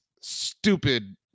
stupid